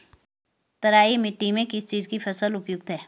तराई मिट्टी में किस चीज़ की फसल उपयुक्त है?